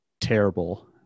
terrible